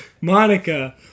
Monica